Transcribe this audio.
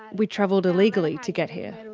we travelled illegally to get here.